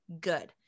good